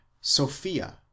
Sophia